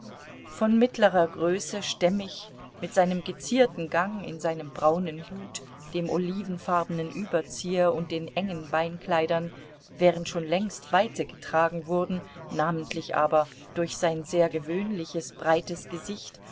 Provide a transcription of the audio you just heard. von mittlerer größe stämmig mit seinem gezierten gang in seinem braunen hut dem olivenfarbenen überzieher und den engen beinkleidern während schon längst weite getragen wurden namentlich aber durch sein sehr gewöhnliches breites gesicht